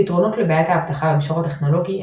פתרונות לבעיית האבטחה במישור הטכנולוגי,